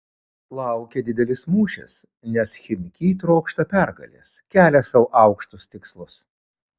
laukia didelis mūšis nes chimki trokšta pergalės kelia sau aukštus tikslus